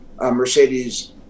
Mercedes